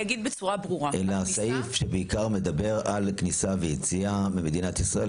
יישאר סעיף שבעיקר מדבר על כניסה ויציאה ממדינת ישראל,